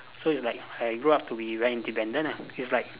so is like I grow up to be very independent ah it's like